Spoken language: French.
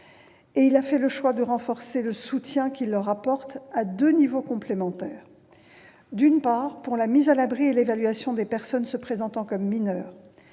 et il a fait le choix de renforcer le soutien qu'il leur apporte, à deux niveaux complémentaires : d'une part, pour la mise à l'abri et l'évaluation des personnes se présentant comme mineures-